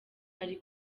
ari